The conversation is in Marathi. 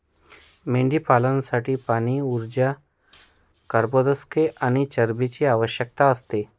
मेंढीपालनासाठी पाणी, ऊर्जा, कर्बोदके आणि चरबीची आवश्यकता असते